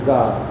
God